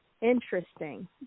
interesting